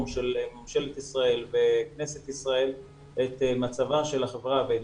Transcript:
של ממשלת ישראל וכנסת ישראל את מצבה של החברה הבדואית.